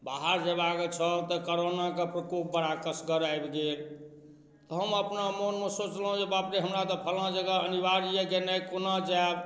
बाहर जयबाक छल तऽ कोरोनाके प्रकोप बड़ा कष्टगर आबि गेल तऽ हम अपना मनमे सोचलहुँ जे बाप रे हमरा तऽ फलना जगह अनिवार्य अइ गेनाइ कोना जायब